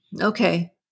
Okay